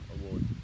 Award